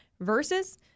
versus